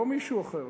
לא מישהו אחר,